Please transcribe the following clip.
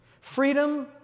Freedom